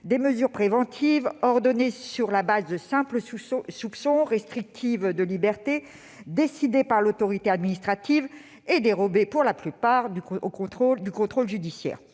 des mesures préventives ordonnées sur la base de simples soupçons, restrictives de libertés, décidées par l'autorité administrative et soustraites, pour la plupart, au contrôle judiciaire.